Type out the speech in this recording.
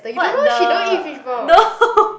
what the no